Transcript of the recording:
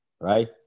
Right